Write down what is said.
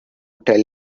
tell